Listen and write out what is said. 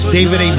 David